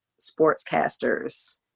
sportscasters